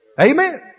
Amen